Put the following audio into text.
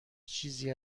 چیزی